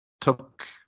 took